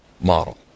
model